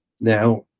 now